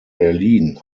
berlin